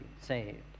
saved